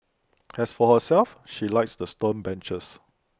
as for herself she likes the stone benches